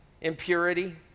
impurity